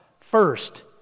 first